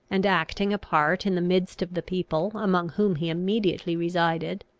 and acting a part in the midst of the people among whom he immediately resided.